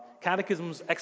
catechism's